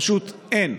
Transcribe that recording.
פשוט אין.